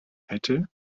hätte